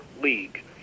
league